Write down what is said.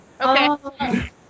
Okay